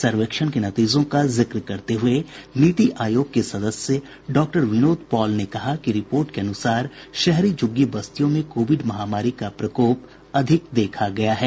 सर्वेक्षण के नतीजों का जिक्र करते हुए नीति आयोग के सदस्य डॉक्टर विनोद पॉल ने कहा कि रिपोर्ट के अनुसार शहरी झुग्गी बस्तियों में कोविड महामारी का प्रकोप अधिक देखा गया है